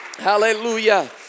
Hallelujah